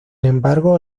embargo